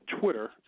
Twitter